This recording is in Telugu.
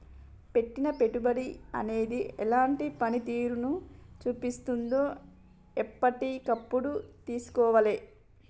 పెట్టిన పెట్టుబడి అనేది ఎలాంటి పనితీరును చూపిస్తున్నదో ఎప్పటికప్పుడు తెల్సుకోవాలే